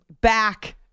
back